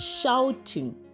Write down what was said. shouting